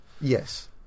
Yes